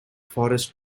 forest